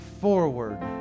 forward